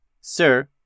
Sir